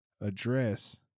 address